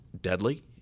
deadly